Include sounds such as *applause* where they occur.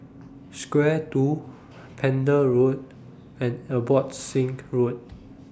*noise* Square two Pender Road and Abbotsingh Road